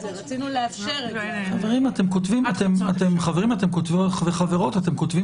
אתם כותבים חוק.